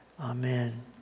Amen